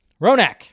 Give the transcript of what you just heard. Ronak